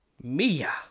Mia